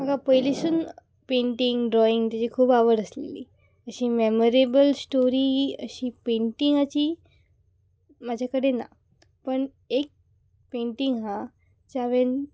म्हाका पयलींसून painting drawing तेजी खूब आवड आसलेली अशी मेमोरेबल स्टोरी अशी पेंटिंगाची म्हाजे कडेन ना पण एक पेंटींग हा जे हांवेन